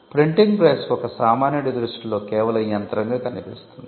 printing press ఒక సామాన్యుడి దృష్టిలో కేవలం యంత్రంగా కనిపిస్తుంది